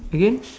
again